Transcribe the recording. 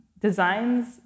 designs